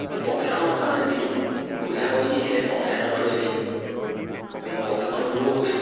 এই প্ৰশিক্ষণৰ কাৰণে যিটো মোক সুবিধা কৰি দিছিলে পঞ্চায়তৰ থ্ৰুৱেদি সেই মই প্ৰশিক্ষণ ল'বলৈও গৈছোঁ